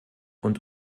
und